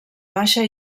baixa